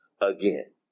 again